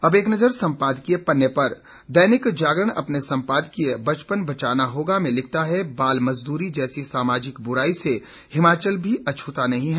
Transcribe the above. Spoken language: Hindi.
अब एक नज़र सम्पादकीय पन्ने पर दैनिक जागरण अपने सम्पादकीय बचपन बचाना होगा में लिखता है बाल मजदूरी जैसी सामाजिक बुराई से हिमाचल भी अछूता नहीं है